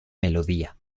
melodía